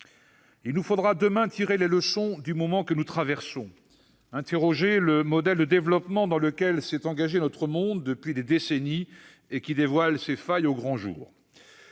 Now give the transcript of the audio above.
Il nous faudra, demain, tirer les leçons du moment que nous traversons, interroger le modèle de développement dans lequel s'est engagé notre monde depuis des décennies et qui dévoile ses failles au grand jour.